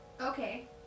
Okay